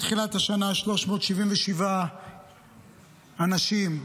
מתחילת השנה 377 אנשים,